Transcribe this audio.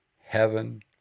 heaven